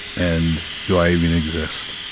and do i even exist?